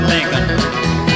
Lincoln